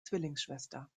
zwillingsschwester